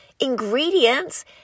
ingredients